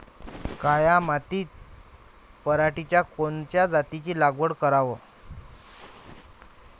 काळ्या मातीत पराटीच्या कोनच्या जातीची लागवड कराव?